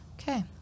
Okay